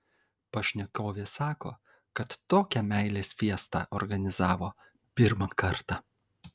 pašnekovė sako kad tokią meilės fiestą organizavo pirmą kartą